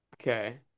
Okay